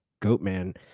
Goatman